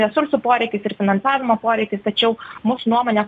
resursų poreikis ir finansavimo poreikis tačiau mūsų nuomone